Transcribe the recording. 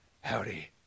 Howdy